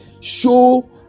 show